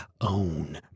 own